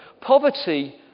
poverty